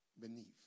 beneath